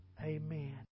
amen